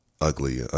ugly